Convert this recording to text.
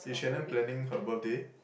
is Shannon planning her birthday